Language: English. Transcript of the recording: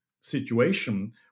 situation